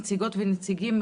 נציגות ונציגים,